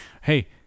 Hey